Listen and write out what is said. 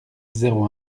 zéro